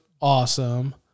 awesome